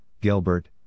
Gilbert